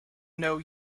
know